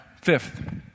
fifth